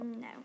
No